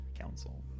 Council